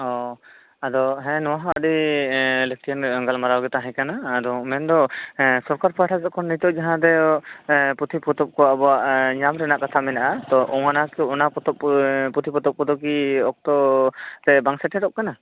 ᱳ ᱟᱫᱚ ᱦᱮᱸ ᱱᱚᱶᱟ ᱦᱚᱸ ᱟ ᱰᱤ ᱮᱸ ᱞᱟ ᱠᱛᱤᱭᱟᱱ ᱜᱟᱞᱢᱟᱨᱟᱣ ᱜᱮ ᱛᱟᱦᱮᱸᱠᱟᱱᱟ ᱟᱫᱚ ᱢᱮᱱᱫᱚ ᱦᱮᱸ ᱥᱚᱨᱠᱟᱨ ᱯᱟᱦᱚᱴᱟ ᱡᱚᱠᱷᱚᱱ ᱱᱤᱛᱚᱜ ᱡᱟᱦᱟᱸ ᱫᱚ ᱮᱸ ᱯᱩᱛᱷᱤᱼᱯᱚᱛᱚᱵ ᱠᱚ ᱟᱵᱚᱣᱟᱜ ᱮᱸ ᱧᱟᱢ ᱨᱮᱱᱟᱜ ᱠᱟᱛᱷᱟ ᱢᱮᱱᱟᱜ ᱟ ᱛᱚ ᱚᱱᱟᱠᱚ ᱚᱱᱟ ᱯᱚᱛᱚᱵ ᱮᱸ ᱯᱩᱛᱷᱤ ᱯᱚᱛᱚᱵ ᱠᱚᱫᱚ ᱠᱤ ᱚᱠᱛᱚ ᱛᱮ ᱵᱟᱝ ᱥᱮᱴᱮᱨᱚᱜ ᱠᱟᱱᱟ